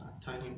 tiny